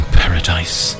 paradise